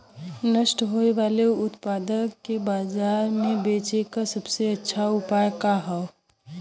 नष्ट होवे वाले उतपाद के बाजार में बेचे क सबसे अच्छा उपाय का हो?